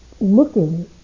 looking